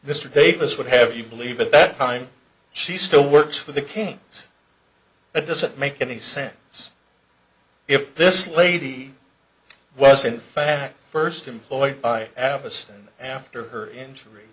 or davis would have you believe at that time she still works for the cans it doesn't make any sense if this lady was in fact first employed by apostol after her injury